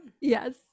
Yes